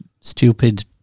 stupid